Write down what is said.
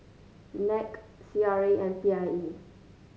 NAC C R A and P I E